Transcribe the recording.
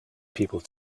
people